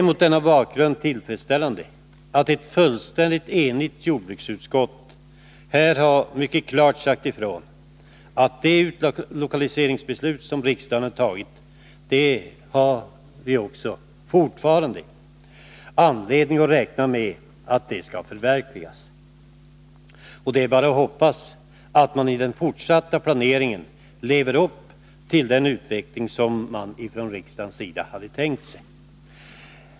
Mot denna bakgrund är det tillfredsställande att ett helt enigt jordbruksutskott mycket klart sagt ifrån att vi fortfarande har anledning räkna med att det utlokaliseringsbeslut som riksdagen fattat skall förverkligas. Det är bara att hoppas att man i den fortsatta planeringen lever upp till detta, så att utvecklingen blir den som riksdagen tänkt sig.